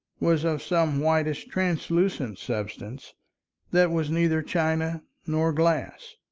was of some whitish translucent substance that was neither china nor glass,